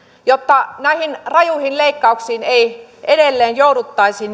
jotta näihin rajuihin leikkauksiin ei edelleen jouduttaisi